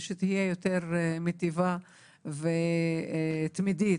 שתהיה יותר מטיבה ותמידית,